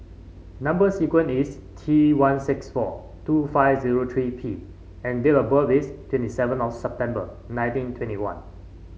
number sequence is T one six four two five zero three P and date of birth is twenty seven September nineteen twenty one